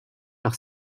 par